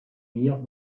meilleures